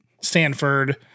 Stanford